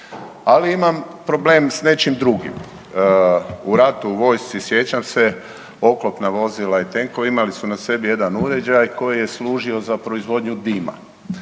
Ali imam problem s nečim drugim. U ratu, u vojsci, sjećam se, oklopna vozila i tenkovi imali su na sebi jedan uređaj koji je služio za proizvodnju dima.